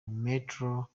metro